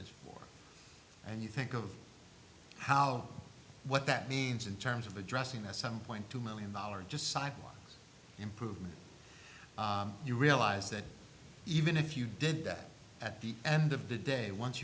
is for and you think of how what that means in terms of addressing at some point two million dollars just sign improvement you realize that even if you did that at the end of the day once